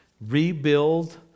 rebuild